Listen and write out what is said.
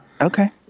okay